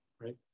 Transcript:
right